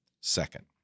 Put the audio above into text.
Second